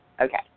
Okay